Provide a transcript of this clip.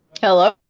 Hello